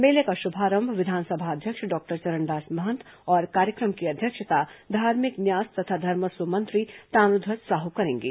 मेले का शुभारंभ विधानसभा अध्यक्ष डॉक्टर चरणदास महंत और कार्यक्रम की अध्यक्षता धार्मिक न्यास तथा धर्मस्व मंत्री ताम्रध्वज साहू करेंगे